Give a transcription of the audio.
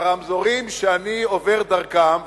ברמזורים שאני עובר דרכם,